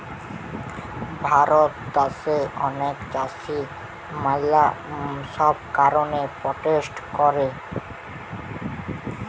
ভারত দ্যাশে অনেক চাষী ম্যালা সব কারণে প্রোটেস্ট করে